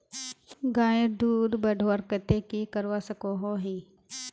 गायेर दूध बढ़वार केते की करवा सकोहो ही?